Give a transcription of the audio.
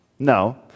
No